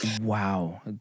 wow